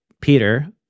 Peter